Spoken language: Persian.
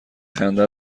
خنده